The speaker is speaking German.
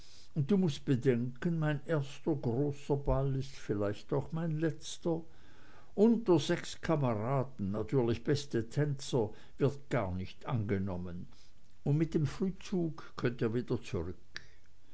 du mußt bedenken mein erster großer ball ist vielleicht auch mein letzter unter sechs kameraden natürlich beste tänzer wird gar nicht angenommen und mit dem frühzug könnt ihr wieder zurück